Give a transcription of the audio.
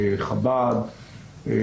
חב"ד,